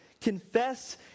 confess